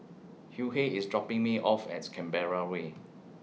Hughey IS dropping Me off At Canberra Way